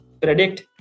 predict